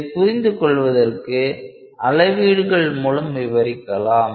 இதை புரிந்து கொள்வதற்கு அளவீடுகள் மூலமாக விவரிக்கலாம்